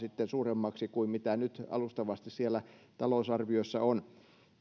suuremmaksi kuin mitä nyt alustavasti talousarviossa on